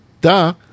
duh